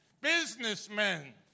businessmen